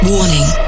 Warning